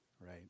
Right